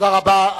תודה רבה.